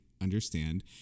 understand